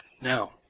Now